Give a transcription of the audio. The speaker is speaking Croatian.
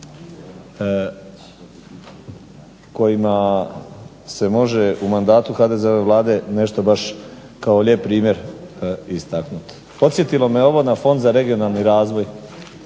kojima se može u mandatu HDZ-ove vlade kao lijepi primjer istaknuti. Podsjetilo me ovo na Fond za regionalni razvoj.